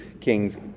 kings